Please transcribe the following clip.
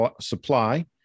supply